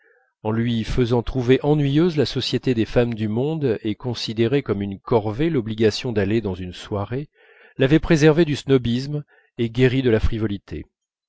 en lui faisant trouver ennuyeuse la société des femmes du monde et considérer comme une corvée l'obligation d'aller dans une soirée l'avait préservé du snobisme et guéri de la frivolité